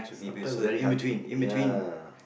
sometimes very hungry ya